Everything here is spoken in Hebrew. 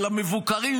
שבה למבוקרים,